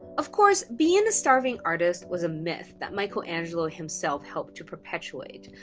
of course, being a starving artist was myth that michelangelo himself helped to perpetuate.